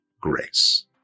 grace